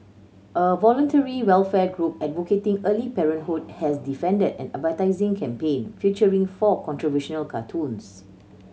a voluntary welfare group advocating early parenthood has defended an advertising campaign featuring four controversial cartoons